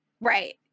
Right